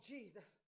Jesus